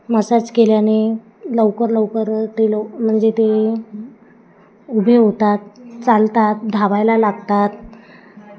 massage केल्याने लवकर लवकर ते लव म्हणजे ते उभे होतात चालतात धावायला लागतात